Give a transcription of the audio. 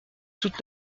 toute